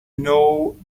know